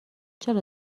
چرا